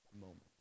moment